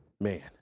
man